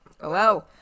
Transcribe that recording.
Hello